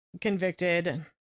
convicted